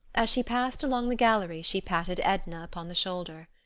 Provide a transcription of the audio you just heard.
as she passed along the gallery she patted edna upon the shoulder.